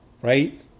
Right